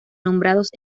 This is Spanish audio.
nombrados